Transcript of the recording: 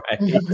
Right